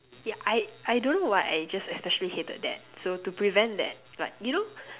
ya I I don't know why I just especially hated that so to prevent that like you know